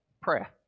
prayer